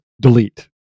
delete